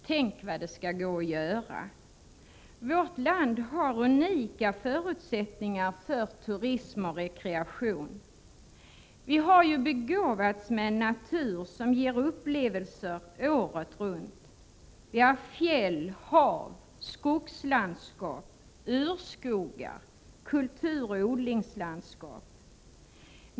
Tänk vad det skall gå att göra. Vårt land har unika förutsättningar för turism och rekreation. Vi har begåvats med en natur, som ger upplevelser året runt: fjäll, hav, skogslandskap, urskogar, kulturoch odlingslandskap.